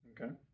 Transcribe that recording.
Okay